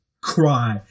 cry